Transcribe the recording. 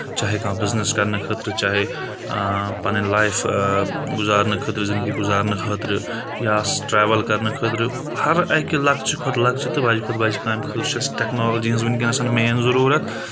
چاہے کانٛہہ بِزنؠس کرنہٕ خٲطرٕ چاہے پَنٕنۍ لایف گُزارنہٕ خٲطرٕ زندگی گُزارنہٕ خٲطرٕ یا ٹریوٕل کَرنہٕ خٲطرٕ ہر اَکہِ لَکچہِ کھۄتہٕ لَکچہِ تہٕ بَجہِ کھۄتہٕ بَجہِ کانٛہہ اَمہِ خٲطرٕ چھِ اَسہِ ٹیکنالجی ہِنٛز وٕنکؠنَسَن مین ضروٗرت